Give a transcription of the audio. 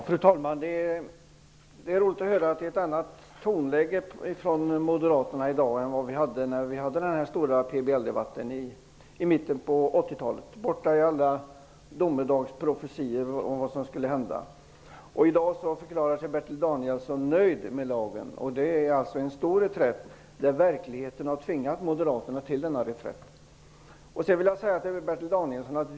Fru talman! Det är roligt med ett annat tonläge från moderaterna i dag än i den stora PBL-debatten i mitten på 80-talet. Borta är alla domedagsprofetier om vad som skulle hända. I dag förklarar sig Bertil Danielsson nöjd med lagen. Det är en stor reträtt. Verkligheten har tvingat moderaterna till denna reträtt.